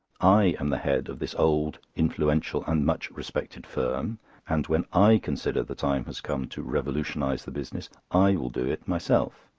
i am the head of this old, influential, and much-respected firm and when i consider the time has come to revolutionise the business, i will do it myself.